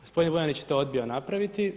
Gospodin Vuljanić je to odbio napraviti.